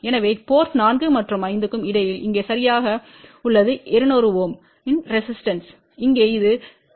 எனவே போர்ட் 4 மற்றும் 5 க்கு இடையில் இங்கே சரியாக உள்ளது 200 Ω இன் ரெசிஸ்டன்ஸ்பு இங்கே இது 70